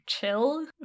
chill